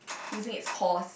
using it's paws